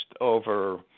over